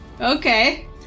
okay